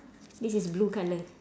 this is blue colour